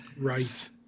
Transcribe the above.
Right